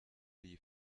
die